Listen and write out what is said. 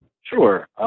Sure